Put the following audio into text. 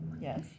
Yes